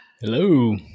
Hello